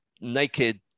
naked